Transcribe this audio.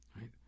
right